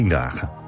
dagen